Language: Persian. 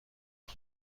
شوم